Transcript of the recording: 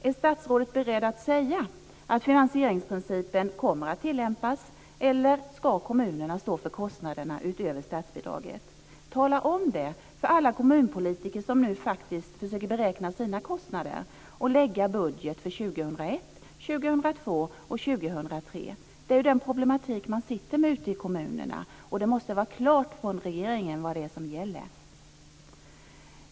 Är statsrådet beredd att säga att finansieringsprincipen kommer att tillämpas, eller ska kommunerna stå för kostnaderna utöver statsbidraget? Tala om det för alla kommunpolitiker som nu försöker beräkna sina kostnader och lägga fram en budget för år 2001, 2002 och 2003. Det är den problematik man sitter med ute i kommunerna. Det måste vara klart från regeringen vad det är som gäller.